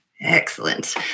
Excellent